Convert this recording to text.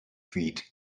feet